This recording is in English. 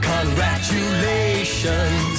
Congratulations